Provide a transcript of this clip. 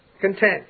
content